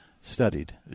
studied